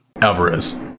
Alvarez